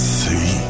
see